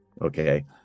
Okay